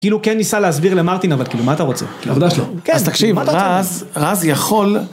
כאילו כן ניסה להסביר למרטין אבל כאילו מה אתה רוצה? עבודה שלו. כן. אז תקשיב, רז יכול...